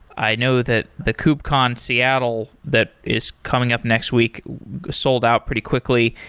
i know that the kubecon seattle that is coming up next week sold out pretty quickly,